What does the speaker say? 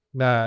na